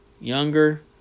younger